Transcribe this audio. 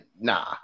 nah